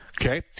Okay